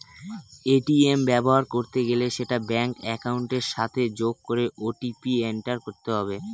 ATM ব্যবহার করতে গেলে সেটা ব্যাঙ্ক একাউন্টের সাথে যোগ করে ও.টি.পি এন্টার করতে হয়